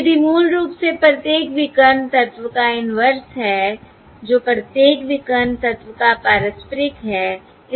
यदि मूल रूप से प्रत्येक विकर्ण तत्व का इन्वर्स है जो प्रत्येक विकर्ण तत्व का पारस्परिक है